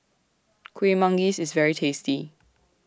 Kueh Manggis IS very tasty